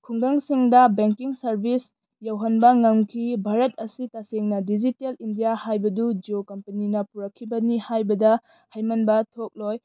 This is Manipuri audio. ꯈꯨꯡꯒꯪꯁꯤꯡꯗ ꯕꯦꯡꯀꯤꯡ ꯁꯔꯚꯤꯁ ꯌꯧꯍꯟꯕ ꯉꯝꯈꯤ ꯚꯥꯔꯠ ꯑꯁꯤ ꯇꯁꯦꯡꯅ ꯗꯤꯖꯤꯇꯦꯜ ꯏꯟꯗꯤꯌꯥ ꯍꯥꯏꯕꯗꯨ ꯖꯤꯌꯣ ꯀꯝꯄꯅꯤꯅ ꯄꯨꯔꯛꯈꯤꯕꯅꯤ ꯍꯥꯏꯕꯗ ꯍꯥꯏꯃꯟꯕ ꯊꯣꯛꯂꯣꯏ